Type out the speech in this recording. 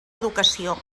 educació